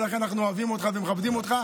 ולכן אנחנו אוהבים אותך ומכבדים אותך.